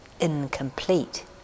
incomplete